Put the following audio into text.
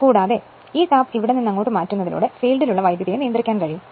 കൂടാതെ ഈ ടാപ്പ് ഇവിടെ നിന്ന് ഇങ്ങോട്ട് മാറ്റുന്നതിലൂടെ ഫീൽഡിലൂടെയുള്ള കറന്റ് നിയന്ത്രിക്കാനാകും